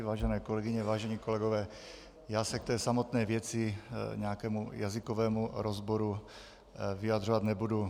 Vážené kolegyně, vážení kolegové, já se k té samotné věci, k nějakému jazykovému rozboru, vyjadřovat nebudu.